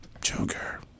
Joker